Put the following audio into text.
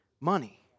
money